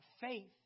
Faith